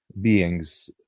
beings